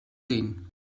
sehen